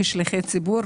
כשליחי ציבור,